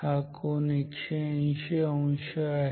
हा कोन 180 अंश आहे